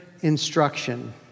instruction